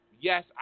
yes